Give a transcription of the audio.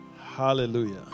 hallelujah